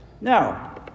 Now